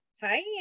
Hi